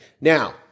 Now